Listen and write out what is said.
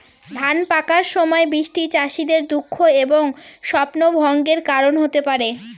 ধান পাকার সময় বৃষ্টি চাষীদের দুঃখ এবং স্বপ্নভঙ্গের কারণ হতে পারে